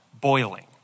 boiling